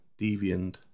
deviant